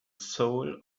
soul